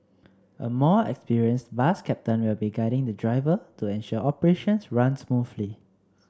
a more experienced bus captain will be guiding the driver to ensure operations run smoothly